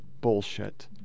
bullshit